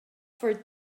for